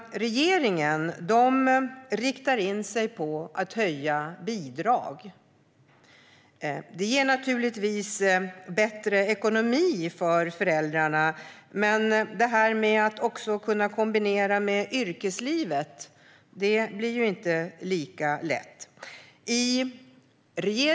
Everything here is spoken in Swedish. Regeringen riktar i stället in sig på att höja bidrag. Det ger naturligtvis bättre ekonomi för föräldrarna, men att också kunna kombinera med yrkeslivet blir inte lika lätt.